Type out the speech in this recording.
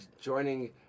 joining